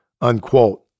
unquote